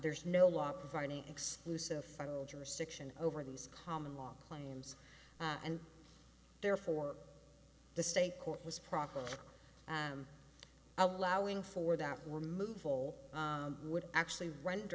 there's no law providing exclusive federal jurisdiction over these common law claims and therefore the state court was properly allowing for that were move all would actually ren